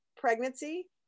pregnancy